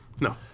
No